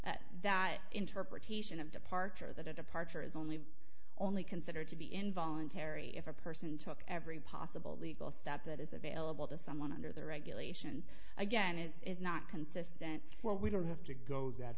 steps that interpretation of departure the departure is only only considered to be involuntary if a person took every possible legal step that is available to someone under the regulations again it's not consistent where we don't have to go that